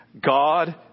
God